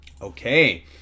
Okay